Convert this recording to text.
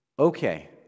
Okay